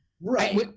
right